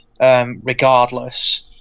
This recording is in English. Regardless